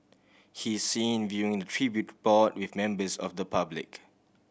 he is seen viewing the tribute board with members of the public